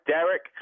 Derek